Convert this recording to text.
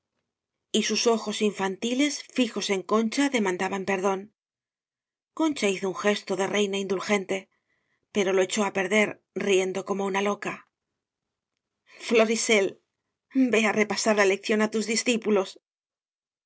oye y sus ojos intantiles fijos en concha de mandaban perdón concha hizo un gesto de reina indulgente pero lo echó á perder riendo como una loca florisel ve á repasar la lección á tus discípulos